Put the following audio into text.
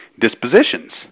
dispositions